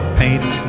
paint